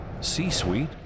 C-Suite